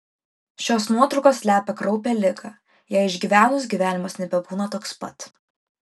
šios nuotraukos slepia kraupią ligą ją išgyvenus gyvenimas nebebūna toks pat